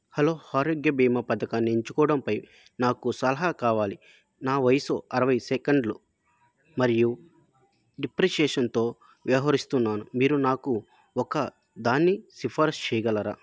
hello ఆరోగ్య బీమా పథకాన్ని ఎంచుకోవడంపై నాకు సలహా కావాలి నా వయసు అరవై ఏళ్ళు మరియు డిప్రెషన్తో వ్యవహరిస్తున్నాను మీరు నాకు ఒక దాన్ని సిఫారుసు చెయ్యగలరా